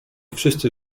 wszyscy